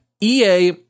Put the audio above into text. EA